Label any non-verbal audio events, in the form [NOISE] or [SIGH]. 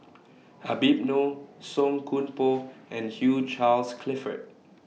Habib [NOISE] Noh Song Koon Poh and Hugh Charles Clifford